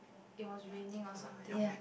it was raining or something